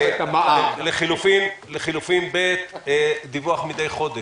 לחלופין ב', דיווח מידי חודש